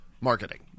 marketing